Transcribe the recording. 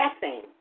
guessing